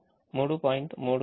666 Y2 3